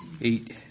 eight